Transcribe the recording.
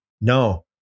No